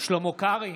שלמה קרעי,